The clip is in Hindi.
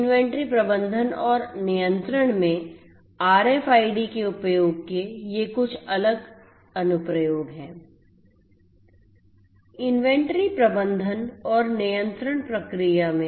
इन्वेंट्री प्रबंधन और नियंत्रण में आरएफआईडी के उपयोग के ये कुछ अलग अनुप्रयोग हैं